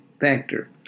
factor